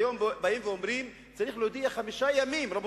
והיום באים ואומרים: צריך להודיע חמישה ימים מראש.